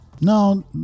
no